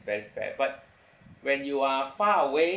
very fair but when you are far away